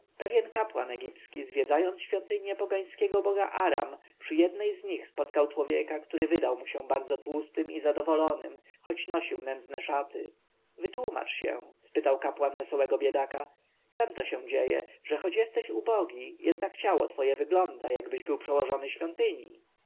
pewien kapłan egipski zwiedzając świątynie pogańskiego kraju aram przy jednej z nich spotkał człowieka który wydał mu się bardzo tłustym i zadowolonym choć nosił nędzne szaty wytłomacz się spytał kapłan wesołego biedaka czem się to dzieje że choć jesteś ubogi jednak ciało twoje wygląda jakbyś był przełożony świątyni